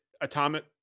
Atomic